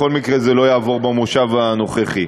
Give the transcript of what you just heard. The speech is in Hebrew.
בכל מקרה, זה לא יעבור במושב הנוכחי.